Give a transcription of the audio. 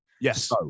Yes